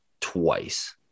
twice